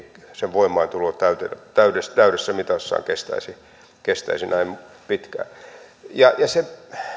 voimaantulo täydessä täydessä mitassaan kestäisi kestäisi näin pitkään se